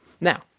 Now